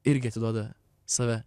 irgi atiduoda save